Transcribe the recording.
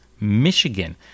Michigan